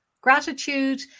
gratitude